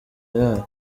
yayo